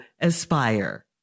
Aspire